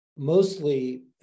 Mostly